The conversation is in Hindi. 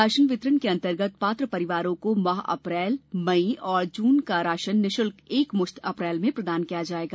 राशन वितरण के अंतर्गत पात्र परिवारों को माह अप्रैल मई एवं जून का राशन निःशुल्क एकमुश्त अप्रैल में प्रदान किया जाएगा